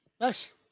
Nice